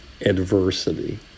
adversity